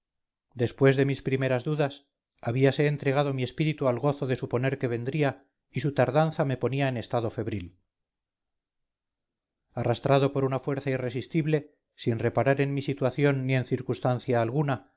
después de mis primeras dudas habíase entregado mi espíritu al gozo de suponer que vendría y su tardanza me ponía en estado febril arrastrado por una fuerza irresistible sir reparar en mi situación ni en circunstancia alguna